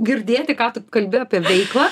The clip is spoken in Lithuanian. girdėti ką tu kalbi apie veiklą